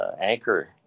anchor